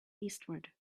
eastward